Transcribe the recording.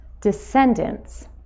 descendants